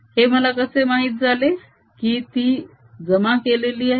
हे मला कसे माहित झाले की ती जमा केलेली आहे